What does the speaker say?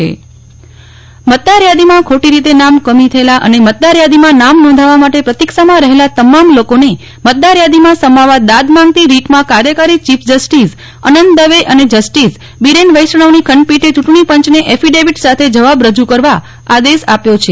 નેઠ્લ Thakkar high court ચુંટણીપંચને આદેશ મતદારયાદીમાં ખોટી રીતે નામ કમી થયેલા અને મતદારયાદીમાં નામ નોંધાવા માટે પ્રતીક્ષામાં રહેલા તમામ લોકોને મતદારથાદીમાં સમાવવા દાદ માંગતી રીટમાં કાર્યકારી ચીફ જસ્ટિસ અનંત દવે અને જસ્ટિસ બીરેન વૈષ્ણવની ખંડપીઠે યુંટણીપંચને એફિડેવિટ સાથે જવાબ રજુ કરવા આદેશ આપ્યો છે